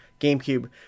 GameCube